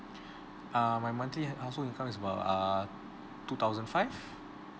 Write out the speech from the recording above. err my monthly household income is about err two thousand five